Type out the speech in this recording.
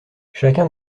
chacun